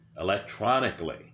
electronically